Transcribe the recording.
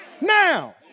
now